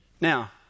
Now